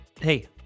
Hey